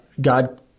God